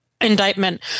Indictment